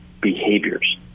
behaviors